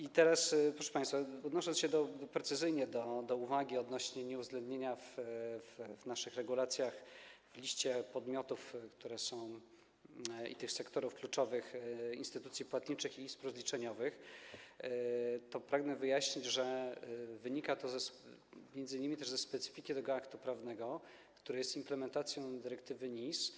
I teraz, proszę państwa, odnosząc się precyzyjnie do uwagi odnośnie do nieuwzględnienia w naszych regulacjach na liście podmiotów, które na niej są, i sektorów kluczowych instytucji płatniczych i izb rozliczeniowych, pragnę wyjaśnić, że wynika to m.in. ze specyfiki tego aktu prawnego, który jest implementacją dyrektywy NIS.